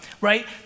right